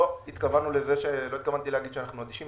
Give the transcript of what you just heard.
לא התכוונתי להגיד שאנחנו אדישים.